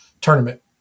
tournament